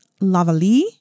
Lavalie